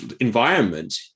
environment